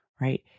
right